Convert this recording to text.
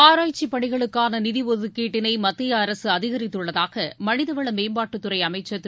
ஆராய்ச்சிப் பணிகளுக்கான நிதி ஒதுக்கீட்டிளை மத்திய அரசு அதிகரித்துள்ளதாக மனிதவள மேம்பாட்டுத்துறை அமைச்சர் திரு